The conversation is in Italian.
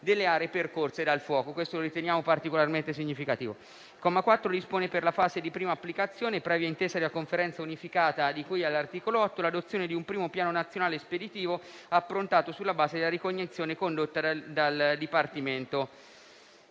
delle aree percorse dal fuoco. Riteniamo questo particolarmente significativo. Il comma 4 dispone per la fase di prima applicazione, previa intesa della Conferenza unificata di cui all'articolo 8, l'adozione di un primo Piano nazionale speditivo approntato sulla base della ricognizione condotta dal Dipartimento.